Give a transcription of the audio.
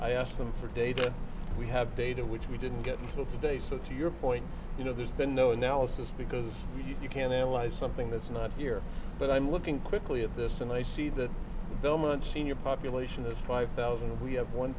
i asked them for data we have data which we didn't get until today so to your point you know there's been no analysis because you can't analyze something that's not here but i'm looking quickly at this and i see that belmont senior population is five thousand and we have one